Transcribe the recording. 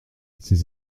ces